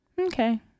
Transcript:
okay